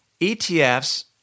ETFs